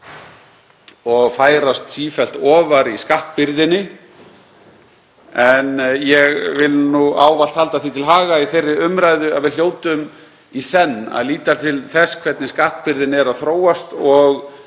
og færast sífellt ofar í skattbyrðinni en ég vil nú ávallt halda því til haga í þeirri umræðu að við hljótum í senn að líta til þess hvernig skattbyrðin er að þróast og